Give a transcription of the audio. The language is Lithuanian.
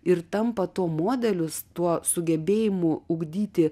ir tampa to modelius tuo sugebėjimu ugdyti